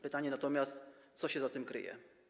Pytanie natomiast, co się za tym kryje.